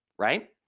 right.